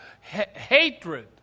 hatred